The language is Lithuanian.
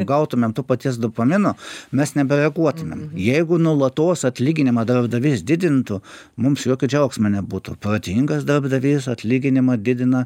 gautumėm to paties dopamino mes nebe reaguotumėm jeigu nuolatos atlyginimą darbdavys didintų mums jokio džiaugsmo nebūtų protingas darbdavys atlyginimą didina